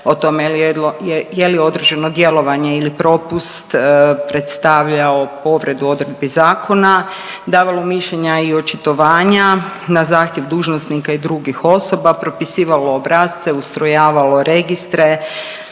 o tome je li određeno djelovanje ili propust predstavljao povredu odredbi zakona, davalo mišljenja i očitovanja na zahtjev dužnosnika i drugih osoba, propisivalo obrasce, ustrojavalo registre,